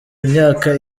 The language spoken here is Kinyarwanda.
imyaka